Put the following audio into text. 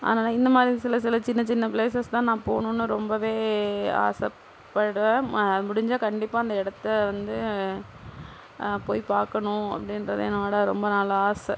அதனால் இந்தமாதிரி சில சில சின்ன சின்ன பிளேசஸ் தான் நான் போகணும்னு ரொம்பவே ஆசைப்படறேன் முடிஞ்சால் கண்டிப்பாக அந்த இடத்தை வந்து போய் பார்க்கணும் அப்படின்றது என்னோடய ரொம்ப நாள் ஆசை